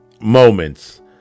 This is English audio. moments